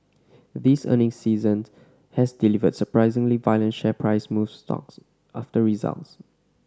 this earnings season has delivered surprisingly violent share price moves stocks after results